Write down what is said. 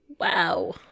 Wow